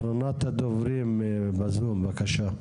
אחרונת הדוברים בזום, בבקשה.